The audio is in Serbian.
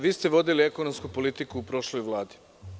Vi ste vodili ekonomsku politiku u prošloj Vladi.